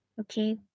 okay